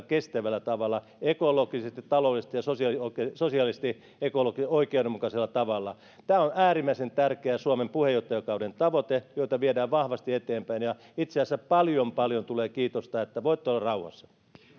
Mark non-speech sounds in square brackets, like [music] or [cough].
[unintelligible] kestävällä tavalla ekologisesti taloudellisesti ja sosiaalisesti oikeudenmukaisella tavalla tämä on äärimmäisen tärkeä suomen puheenjohtajakauden tavoite jota viedään vahvasti eteenpäin ja itse asiassa paljon paljon tulee kiitosta niin että voitte olla rauhassa